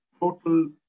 total